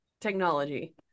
technology